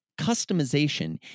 Customization